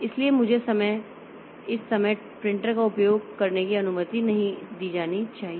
इसलिए मुझे इस समय प्रिंटर का उपयोग करने की अनुमति नहीं दी जानी चाहिए